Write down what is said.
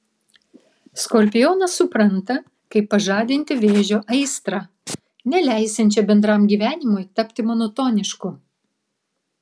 skorpionas supranta kaip pažadinti vėžio aistrą neleisiančią bendram gyvenimui tapti monotonišku